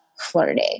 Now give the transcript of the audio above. flirty